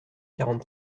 quarante